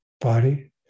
body